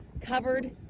covered